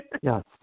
Yes